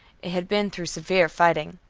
it had been through severe fighting.